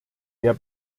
der